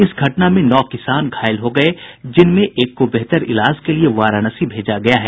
इस घटना में नौ किसान घायल हो गये जिनमें एक को बेहतर इलाज के लिए वाराणसी भेजा गया है